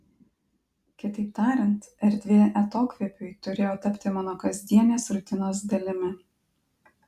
kitaip tariant erdvė atokvėpiui turėjo tapti mano kasdienės rutinos dalimi